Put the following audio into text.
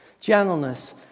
gentleness